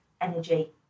energy